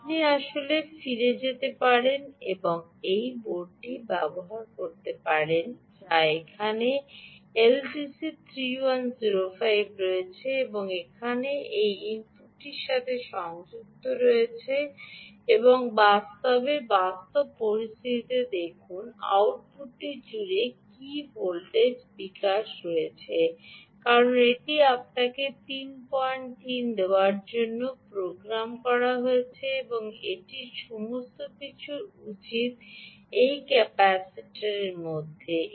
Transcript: আপনি আসলে ফিরে যেতে পারেন এবং এই বোর্ডটি ব্যবহার করতে পারেন যা এখানে এলটিসি 3105 রয়েছে এবং এখানে এই ইনপুটটির সাথে সংযুক্ত রয়েছে এবং বাস্তবে বাস্তব পরিস্থিতিতে দেখুন আউটপুট জুড়ে কী ভোল্টেজ বিকাশ হয়েছে কারণ এটি আপনাকে 33 দেওয়ার জন্য প্রোগ্রাম করা হয়েছে এবং এটির সমস্ত কিছুর উচিত ঠিক এই ক্যাপাসিটারের মধ্যে যান